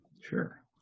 Sure